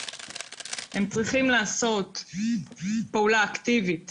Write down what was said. הם צריכים לעשות פעולה אקטיבית